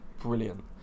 brilliant